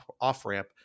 off-ramp